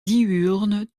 diurnes